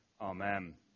Amen